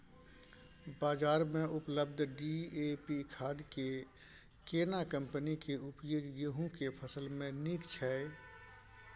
बाजार में उपलब्ध डी.ए.पी खाद के केना कम्पनी के उपयोग गेहूं के फसल में नीक छैय?